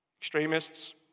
Extremists